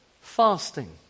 Fasting